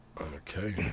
Okay